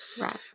Right